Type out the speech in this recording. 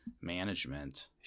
management